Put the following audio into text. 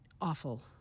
awful